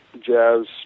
jazz